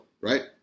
right